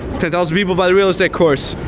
ten thousand people buy the real estate course.